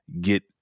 get